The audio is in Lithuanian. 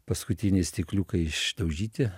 paskutiniai stikliukai išdaužyti